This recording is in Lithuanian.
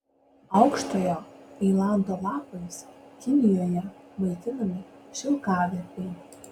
aukštojo ailanto lapais kinijoje maitinami šilkaverpiai